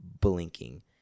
blinking